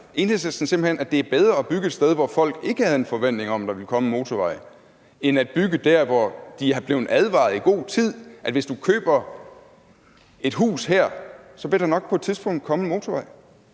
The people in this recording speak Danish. Enhedslisten simpelt hen, at det er bedre at bygge et sted, hvor folk ikke havde en forventning om, at der ville komme en motorvej, end at bygge der, hvor de i god tid er blevet advaret om, at hvis man køber et hus her, vil der nok på et tidspunkt komme en motorvej.